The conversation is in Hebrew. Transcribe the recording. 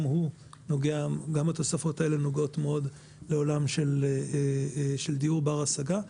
גם התוספות האלה נוגעות מאוד לעולם של דיור בר השגה,